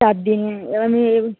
চারদিন আমি এই